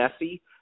messy